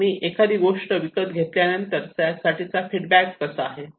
मी एखादी गोष्ट विकत घेतल्यावर त्यासाठीचा फीडबॅक कसा आहे